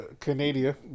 Canada